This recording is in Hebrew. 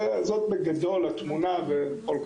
זאת התמונה בגדול ואני יכול,